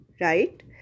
right